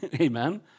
Amen